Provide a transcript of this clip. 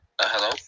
hello